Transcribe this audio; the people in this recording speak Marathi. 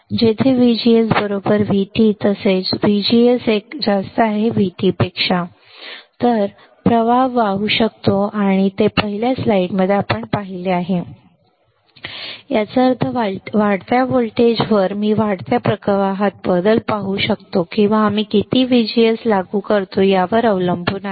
जेथे VGS VT तसेच VGS VT माझा प्रवाह वाहू शकतो आम्ही हे पहिल्या स्लाईडमध्ये पाहिले आहे याचा अर्थ वाढत्या व्होल्टेजवर मी वाढत्या प्रवाहात बदल पाहू शकतो किंवा आम्ही किती व्हीजीएस लागू करतो यावर अवलंबून आहे